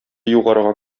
югарыга